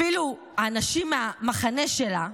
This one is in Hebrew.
אפילו אנשים מהמחנה שלה,